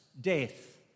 death